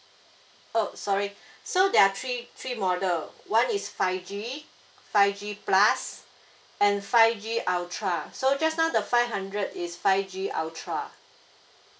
oh sorry so there are three three model one is five G five G plus and five G ultra so just now the five hundred is five G ultra